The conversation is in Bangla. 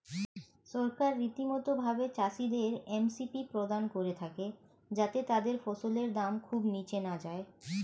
সরকার রীতিমতো ভাবে চাষিদের এম.এস.পি প্রদান করে থাকে যাতে তাদের ফসলের দাম খুব নীচে না যায়